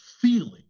feeling